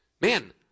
man